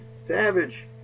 Savage